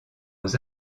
aux